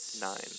Nine